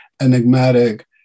enigmatic